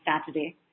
Saturday